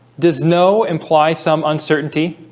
does no imply some uncertainty